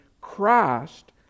Christ